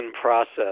process